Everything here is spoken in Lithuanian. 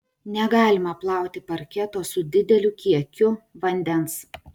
negalima plauti parketo su dideliu kiekiu vandens